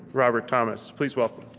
robert thomas, please welcome.